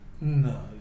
no